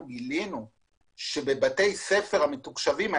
גילינו שבבתי הספר המתוקשבים,